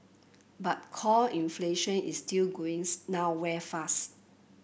but core inflation is still going nowhere fast